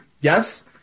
Yes